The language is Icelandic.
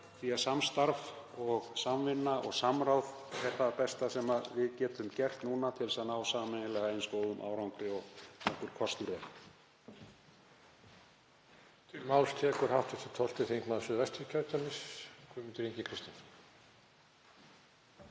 því að samstarf og samvinna og samráð er það besta sem við getum gert núna til að ná sameiginlega eins góðum árangri og nokkur kostur er.